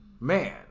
man